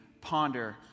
ponder